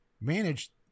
manage